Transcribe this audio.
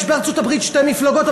יש בארצות-הברית שתי מפלגות,